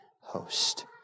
host